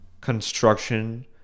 construction